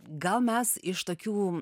gal mes iš tokių